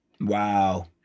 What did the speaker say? Wow